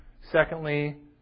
Secondly